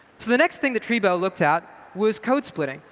so the next thing that treebo looked at was code splitting.